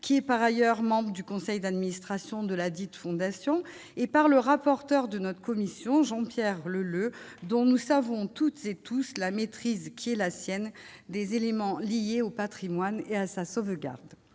qui est par ailleurs membre du conseil d'administration de ladite fondation et par le rapporteur de notre commission Jean-Pierre Leleux, dont nous savons toutes ces touches la maîtrise qui est la sienne, des éléments liés au Patrimoine et à sa sauvegarde